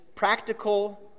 practical